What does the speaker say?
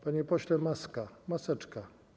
Panie pośle, maska, maseczka.